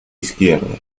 izquierda